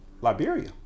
Liberia